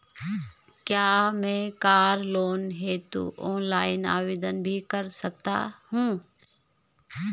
क्या मैं car loan हेतु ऑनलाइन आवेदन भी कर सकता हूँ?